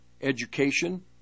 education